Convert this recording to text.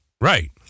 Right